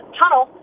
tunnel